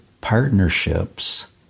partnerships